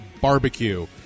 Barbecue